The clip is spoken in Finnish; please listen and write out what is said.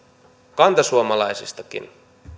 kantasuomalaisistakaan